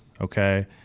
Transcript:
okay